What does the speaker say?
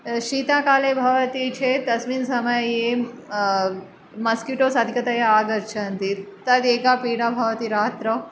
शीतकाले भवति चेत् तस्मिन् समये मस्किटोस् अधिकतया आगच्छन्ति तदेका पीडा भवति रात्रौ